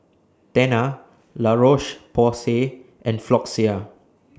Tena La Roche Porsay and Floxia